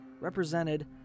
represented